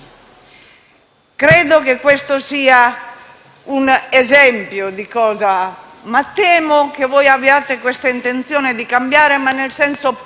Credo che questo sia un esempio. Tuttavia, temo che voi abbiate intenzione di cambiare, ma nel senso opposto